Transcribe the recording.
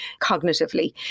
cognitively